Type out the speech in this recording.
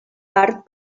part